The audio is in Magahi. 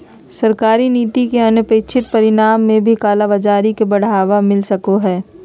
सरकारी नीति के अनपेक्षित परिणाम में भी कालाबाज़ारी के बढ़ावा मिल सको हइ